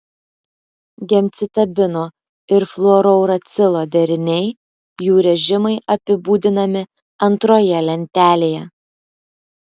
gemcitabino ir fluorouracilo deriniai jų režimai apibūdinami antroje lentelėje